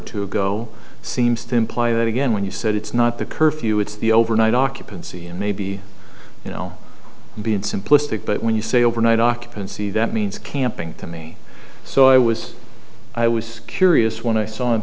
two ago seems to imply that again when you said it's not the curfew it's the overnight occupancy and maybe you know being simplistic but when you say overnight occupancy that means camping to me so i was i was curious when i saw